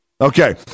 Okay